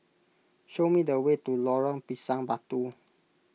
show me the way to Lorong Pisang Batu